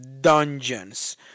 Dungeons